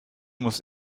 muss